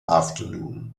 afternoon